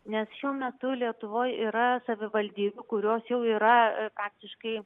nes šiuo metu lietuvoj yra savivaldybių kurios jau yra faktiškai